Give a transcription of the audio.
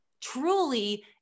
truly